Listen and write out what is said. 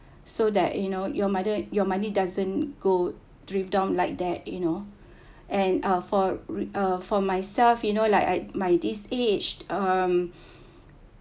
so that you know your mother your money doesn't go drive down like that you know and uh for re~ uh for myself you know like I my this age um